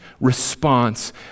response